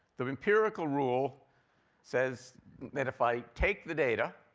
the empirical rule says that if i take the data,